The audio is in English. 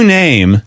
name